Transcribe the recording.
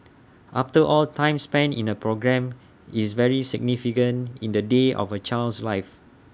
after all time spent in A programme is very significant in the day of A child's life